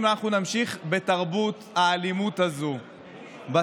זאב אלקין התחיל